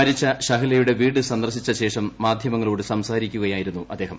മരിച്ച ഷഹ്ലയുടെ വീട് സന്ദർശിച്ച ശേഷം മാധ്യമങ്ങളോട് സംസാരിക്കുകയായിരുന്നു അദ്ദേഹം